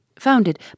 founded